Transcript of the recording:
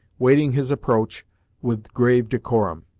waiting his approach with grave decorum.